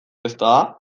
ezta